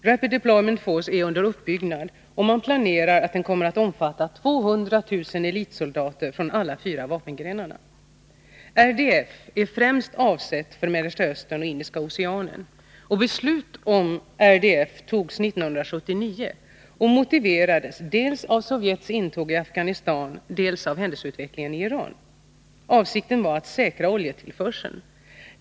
RDF är under uppbyggnad och planeras omfatta 200 000 elitsoldater från alla fyra vapengrenarna. RDF är främst avsett för Mellersta Östern och Indiska Oceanen. Beslut om RDF togs 1979 och motiverades å ena sidan av Sovjets intåg i Afghanistan, å andra sidan av händelseutvecklingen i Iran. Avsikten var att säkra oljetillförseln.